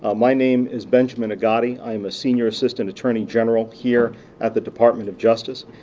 ah my name is benjamin agati, i am a senior assistant attorney general here at the department of justice.